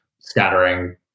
scattering